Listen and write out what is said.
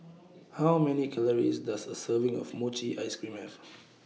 How Many Calories Does A Serving of Mochi Ice Cream Have